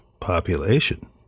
population